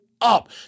up